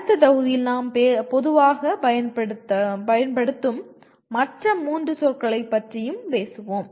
அடுத்த தொகுதியில் நாம் பொதுவாகப் பயன்படுத்தும் மற்ற மூன்று சொற்களைப் பற்றியும் பேசுவோம்